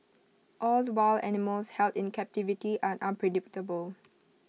all wild animals held in captivity are unpredictable